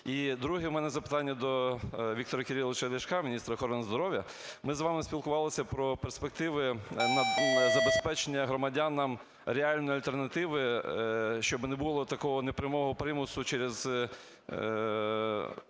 І друге у мене запитання до Віктора Кириловича Ляшка, міністра охорони здоров'я. Ми з вами спілкувалися про перспективи забезпечення громадянам реальної альтернативи, щоб не було такого непрямого примусу через